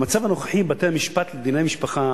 במצב הנוכחי בתי-המשפט לדיני משפחה,